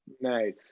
Nice